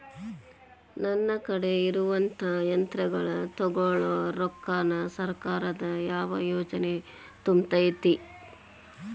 ನನ್ ಕಡೆ ಇರುವಂಥಾ ಯಂತ್ರಗಳ ತೊಗೊಳು ರೊಕ್ಕಾನ್ ಸರ್ಕಾರದ ಯಾವ ಯೋಜನೆ ತುಂಬತೈತಿ?